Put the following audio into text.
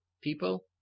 people